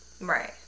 right